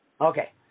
okay